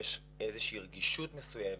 יש איזו שהיא רגישות מסוימת,